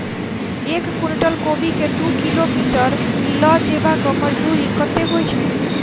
एक कुनटल कोबी केँ दु किलोमीटर लऽ जेबाक मजदूरी कत्ते होइ छै?